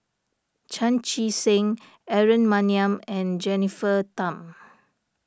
Chan Chee Seng Aaron Maniam and Jennifer Tham